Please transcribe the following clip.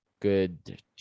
good